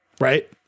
right